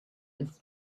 its